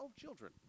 children